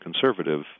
conservative